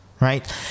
right